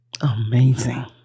Amazing